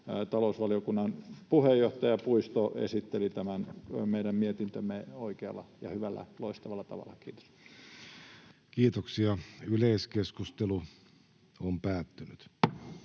talousvaliokunnan puheenjohtaja Puisto esitteli tämän meidän mietintömme oikealla, hyvällä ja loistavalla tavalla. — Kiitos. [Speech 258]